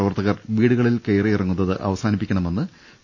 പ്രവർത്തകർ വീടുകൾ കയറിയിറങ്ങുന്നത് അവസാനിപ്പിക്കണമെന്ന് വി